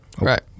right